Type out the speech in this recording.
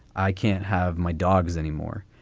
i can't have my dogs anymore.